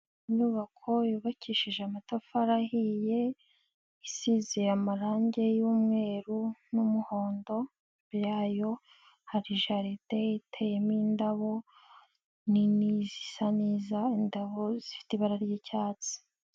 Inyubako yubakishije amatafari ahiye, isize amarangi y'umweru n'umuhondo, imbere yayo hari jareta iteyemo indabo nini zisa neza, indabo zifite ibara ry'icyatsi.